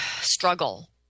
struggle